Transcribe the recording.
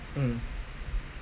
mm